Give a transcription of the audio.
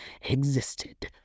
existed